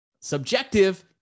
subjective